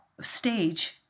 stage